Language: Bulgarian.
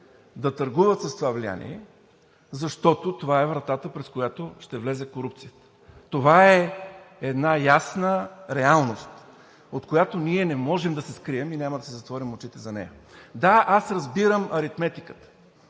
да търгуват с това влияние, защото това е вратата, през която ще влезе корупцията. Това е една ясна реалност, от която ние не можем да се скрием и няма да си затворим очите за нея. Да, аз разбирам аритметиката,